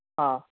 हा